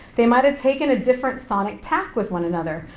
they might have taken a different sonic tact with one another,